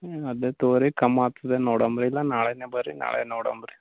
ಹ್ಞೂ ಅದೇ ತಗೊಳಿ ಕಮ್ಮಿ ಆಗ್ತದೆ ನೋಡಣ್ ರೀ ಇಲ್ಲ ನಾಳೆಯೇ ಬನ್ರಿ ನಾಳೆ ನೋಡಣ್ ರೀ